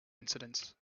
incidents